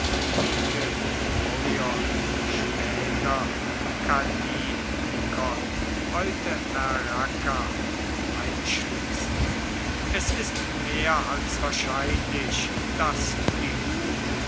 kallinikon heute er rakka einschließt es ist mehr als wahrscheinlich daß die hut